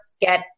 get